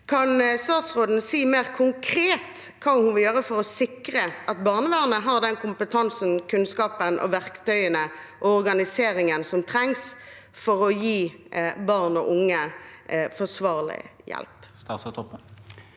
Kan statsråden si mer konkret hva hun vil gjøre for å sikre at barnevernet har kompetansen, kunnskapen, verktøyene og organiseringen som trengs for å gi barn og unge forsvarlig hjelp? Statsråd Kjersti